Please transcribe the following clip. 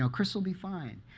so chris will be fine.